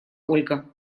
ольга